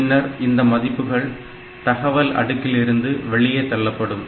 பின்னர் இந்த மதிப்புகள் தகவல் அடுக்கிலிருந்து வெளியே தள்ளப்படும்